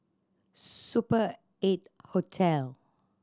Super Eight Hotel